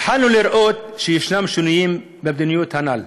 התחלנו לראות שינויים במדיניות הנ"ל.